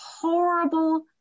horrible